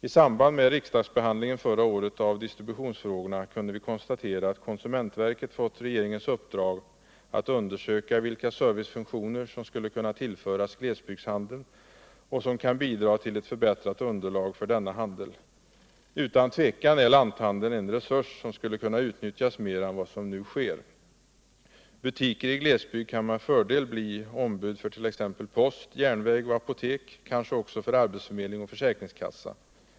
I samband med riksdagsbehandlingen förra året av distributionsfrågorna kunde vi konstatera, att konsumentverket fått regeringens uppdrag att undersöka vilka servicefunktioner som skulle kunna tillföras glesbygdshandeln, och som kan bidra till ett förbättrat underlag för denna handel. Utan tvivel är lanthandeln en resurs, som skulle kunna utnyttjas mera än vad som nu sker. | Butiker i glesbygd kan med fördel bli ombud för t.ex. post, järnväg och apotek — kanske också för arbetsförmedling och försäkringskassa.